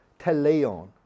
teleon